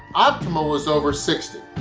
optimal is over sixty.